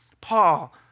Paul